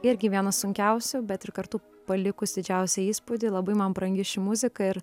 irgi vienas sunkiausių bet ir kartu palikus didžiausią įspūdį labai man brangi ši muzika ir